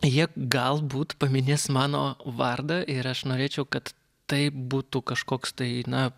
jie galbūt paminės mano vardą ir aš norėčiau kad tai būtų kažkoks tai na